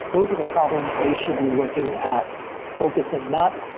those of the problems they should be looking at focusing. not,